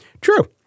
True